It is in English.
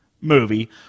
movie